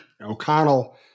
O'Connell